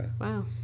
Wow